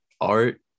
art